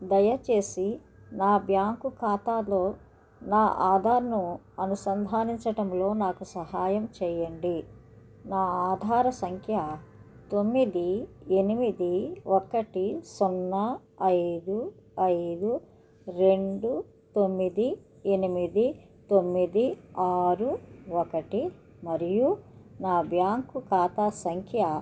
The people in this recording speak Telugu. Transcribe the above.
దయచేసి నా బ్యాంకు ఖాతాలో నా ఆధార్ను అనుసంధానించడములో నాకు సహాయం చెయ్యండి నా ఆధార సంఖ్య తొమ్మిది ఎనిమిది ఒకటి సున్నా ఐదు ఐదు రెండు తొమ్మిది ఎనిమిది తొమ్మిది ఆరు ఒకటి మరియు నా బ్యాంకు ఖాతా సంఖ్య